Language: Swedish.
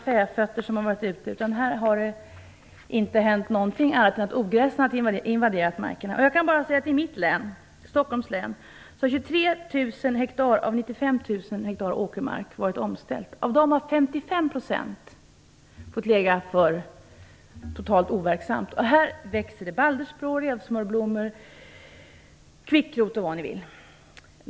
Det har inte hänt någonting annat än att ogräset har invaderat markerna. I mitt län, Stockholms län, har 23 000 hektar av 95 000 hektar åkermark varit omställda. Av dem har 55 % fått ligga totalt overksamma. Här växer det baldersbrå, revsmörblommor och kvickrot.